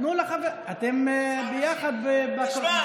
תנו לחבר שלכם, אתם ביחד באופוזיציה.